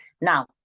Now